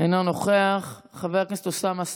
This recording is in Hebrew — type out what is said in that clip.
אינו נוכח, חבר הכנסת אוסאמה סעדי,